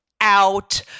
out